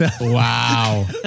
Wow